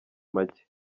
macye